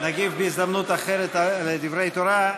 נגיב בהזדמנות אחרת על דברי התורה.